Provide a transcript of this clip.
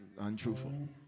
untruthful